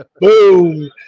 Boom